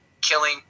killing